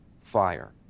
fire